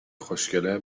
خوشکله